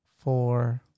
four